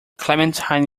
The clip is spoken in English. clementine